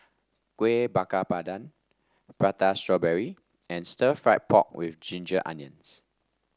Kuih Bakar Pandan Prata Strawberry and Stir Fried Pork with Ginger Onions